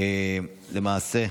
למעשה,